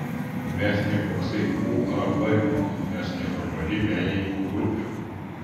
mes ne koksai uab mes neformali menininkų grupė